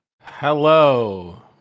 Hello